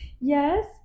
yes